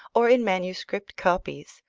or in manuscript copies,